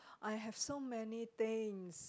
I have so many things